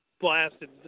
blasted